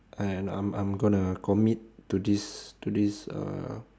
and I'm I'm gonna commit to this to this uh